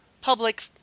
public